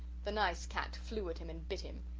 the nice cat flew at him and bit him.